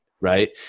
right